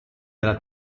dalla